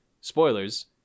spoilers